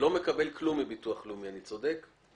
מקבל כלום מביטוח לאומי, האם אני צודק?